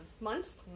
months